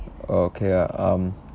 oh okay ah um